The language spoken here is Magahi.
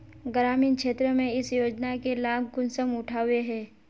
ग्रामीण क्षेत्र में इस योजना के लाभ कुंसम उठावे है?